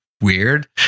weird